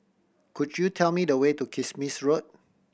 could you tell me the way to Kismis Road